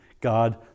God